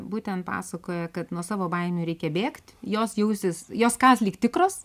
būtent pasakoja kad nuo savo baimių reikia bėgt jos jausis jos kąs lyg tikros